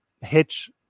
hitch